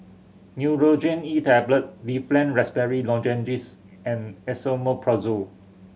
Nurogen E Tablet Difflam Raspberry Lozenges and Esomeprazole